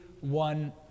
one